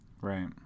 Right